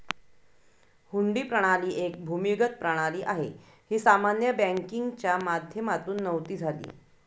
हुंडी प्रणाली एक भूमिगत प्रणाली आहे, ही सामान्य बँकिंगच्या माध्यमातून नव्हती झाली